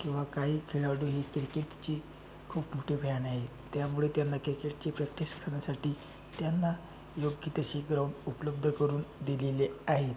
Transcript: किंवा काही खेळाडू हे क्रिकेटचे खूप मोठे फॅन आहे त्यामुळे त्यांना केकेटचे प्रॅक्टिस होण्यासाठी त्यांना योग्य तसे ग्राऊंड उपलब्ध करून दिलेले आहे